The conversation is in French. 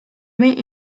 met